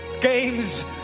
games